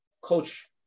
Coach